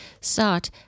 sought